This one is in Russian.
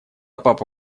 папа